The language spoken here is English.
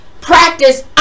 practice